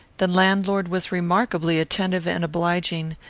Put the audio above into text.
the landlord was remarkably attentive and obliging,